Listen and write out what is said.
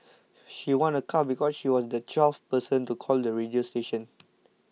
she won a car because she was the twelfth person to call the radio station